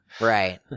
Right